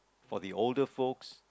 for the older folks